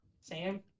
Sam